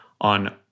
on